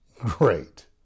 Great